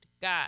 God